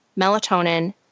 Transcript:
melatonin